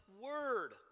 word